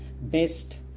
best